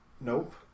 Nope